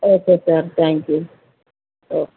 okay sir thank you